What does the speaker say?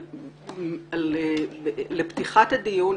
דינה זילבר.